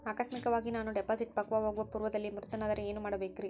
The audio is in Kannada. ಆಕಸ್ಮಿಕವಾಗಿ ನಾನು ಡಿಪಾಸಿಟ್ ಪಕ್ವವಾಗುವ ಪೂರ್ವದಲ್ಲಿಯೇ ಮೃತನಾದರೆ ಏನು ಮಾಡಬೇಕ್ರಿ?